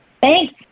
Thanks